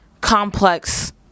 complex